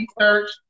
research